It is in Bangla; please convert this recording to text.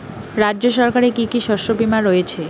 রাজ্য সরকারের কি কি শস্য বিমা রয়েছে?